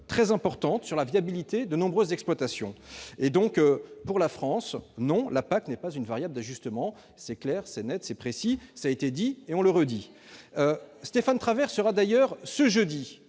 très importantes sur la viabilité de nombreuses exploitations. Pour la France, non, la PAC n'est pas une variable d'ajustement ! C'est clair, c'est net, c'est précis, cela a été dit et on le redit ! Stéphane Travert sera d'ailleurs, ce jeudi,